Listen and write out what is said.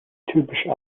typische